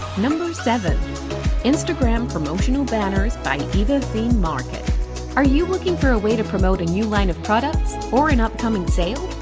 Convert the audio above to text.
number seven instagram promotional banners by evathememarket are you looking for a way to promote a new line of products or an upcoming sale?